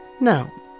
Now